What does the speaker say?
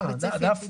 ואיך עשיתם את זה?